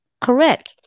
Correct